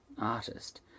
artist